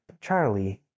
Charlie